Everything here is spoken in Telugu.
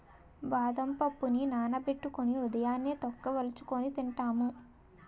బాదం పప్పుని నానబెట్టుకొని ఉదయాన్నే తొక్క వలుచుకొని తింటాము